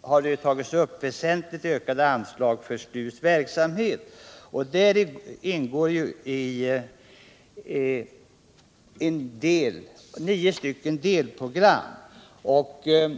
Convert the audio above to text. har väsentligt ökade anslag tagits upp för STU:s verksamhet. Häri ingår 9 delprogram.